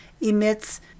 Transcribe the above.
emits